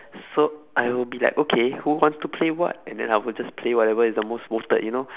so I will be like okay who want to play what and then I will just play whatever is the most voted you know